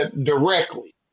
directly